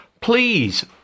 please